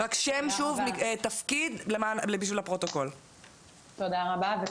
תודה רבה.